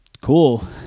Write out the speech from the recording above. Cool